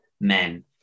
men